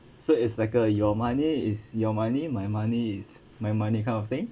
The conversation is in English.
so it's like uh your money is your money my money is my money kind of thing